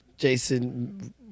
Jason